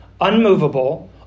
unmovable